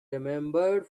remembered